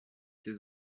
ses